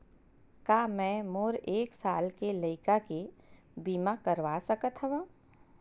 का मै मोर एक साल के लइका के बीमा करवा सकत हव?